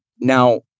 Now